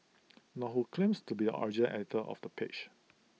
nor who claims to be original editor of the page